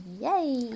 Yay